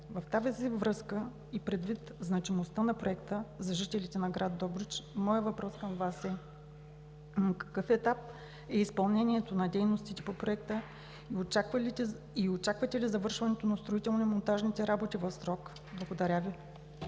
В тази връзка и предвид значимостта на Проекта за жителите на град Добрич, моят въпрос към Вас, е: на какъв етап е изпълнението на дейностите по Проекта и очаквате ли завършването на строително-монтажните работи в срок? Благодаря Ви.